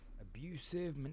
abusive